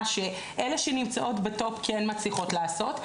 אלה שנמצאות ב"טופ" כן מצליחות לעשות,